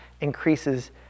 increases